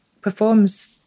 performs